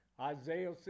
Isaiah